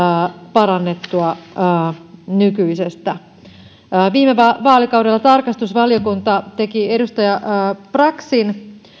parannettua nykyisestä viime vaalikaudella tarkastusvaliokunta teki edustaja braxin